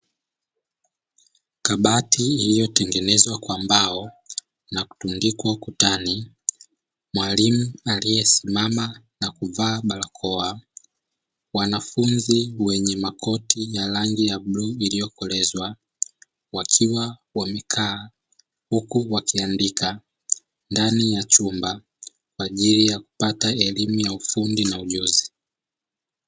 Kabati iliyotengenezwa kwa mbao na kutundikwa ukutani; mwalimu aliyesimama na kuvaa barakoa wanafunzi wenye makoti ya rangi ya bluu iliyokolezwa, wakiwa wamekaa huku wakiandika ndani ya chumba kwa ajili ya kupata elimu ya ufundi na ujuzi.